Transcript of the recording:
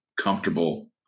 comfortable